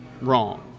wrong